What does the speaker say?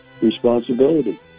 responsibility